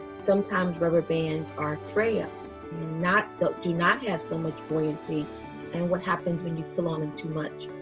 sometimes rubber bands are frail not they do not have so much buoyancy and what happens when you pull on it too much?